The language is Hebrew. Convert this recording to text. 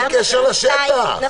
בלי קשר לשטח, חבר'ה.